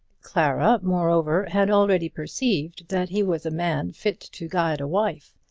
clara, moreover, had already perceived that he was a man fit to guide a wife,